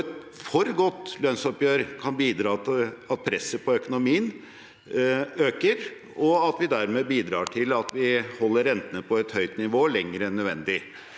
et for godt lønnsoppgjør kan bidra til at presset på økonomien øker, og at vi dermed bidrar til å holde renten på et høyt nivå lenger enn nødvendig.